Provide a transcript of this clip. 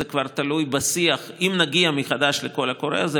אם נגיע מחדש לקול קורא הזה,